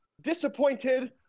disappointed